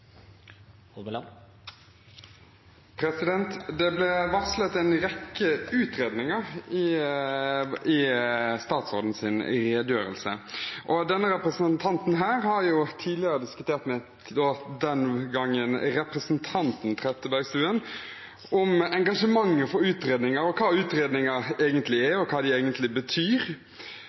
i. Det ble varslet en rekke utredninger i statsrådens redegjørelse. Denne representanten har tidligere diskutert med den gang representanten Trettebergstuen engasjementet for utredninger, hva utredninger egentlig er, og hva de betyr.